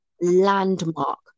landmark